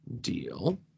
deal